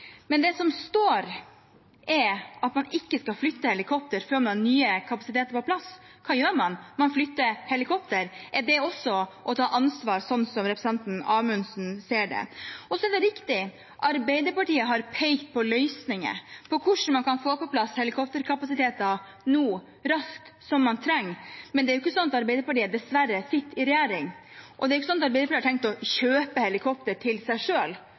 men det som står, er at man ikke skal flytte helikopter før man har nye kapasiteter på plass. Hva gjør man? Man flytter helikopter. Er det også å ta ansvar, sånn representanten Amundsen ser det? Det er riktig at Arbeiderpartiet har pekt på løsninger for hvordan man nå raskt kan få på plass helikopterkapasiteten som man trenger, men det er dessverre ikke sånn at Arbeiderpartiet sitter i regjering, og det er ikke sånn at Arbeiderpartiet har tenkt å kjøpe helikopter til seg